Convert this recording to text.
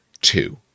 two